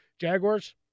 Jaguars